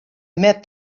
met